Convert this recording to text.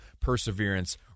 Perseverance